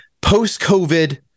post-COVID